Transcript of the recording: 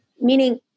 Meaning